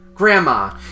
Grandma